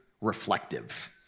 reflective